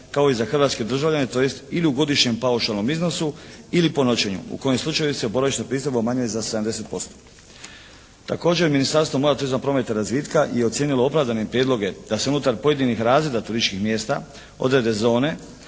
kao i za hrvatske državljane, tj. ili u godišnjem paušalnom iznosu ili po noćenju u kojem slučaju se boravišna pristojba umanjuje za 70%. Također Ministarstvo mora, turizma, prometa i razvitka je ocijenilo opravdanim prijedloge da se unutar pojedinih razreda turističkih mjesta odrede zone